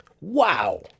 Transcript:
Wow